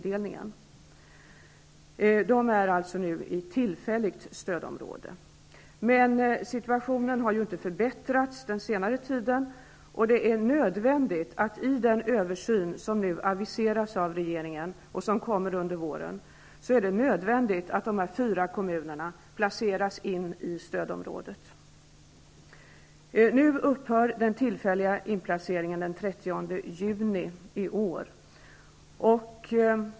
De här kommunerna är tillfälligt inplacerade i stödområdet. Situationen har tyvärr inte förbättrats, och det är därför nödvändigt att i den översyn som nu aviseras av regeringen och som kommer under våren placera dessa fyra kommuner in i stödområdet.